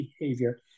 behavior